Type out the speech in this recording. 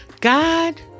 God